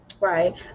right